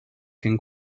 can